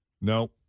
No